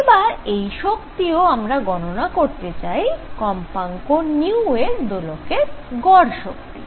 এবার এই শক্তিও আমরা গণনা করতে চাই কম্পাঙ্ক এর দোলকের গড় শক্তি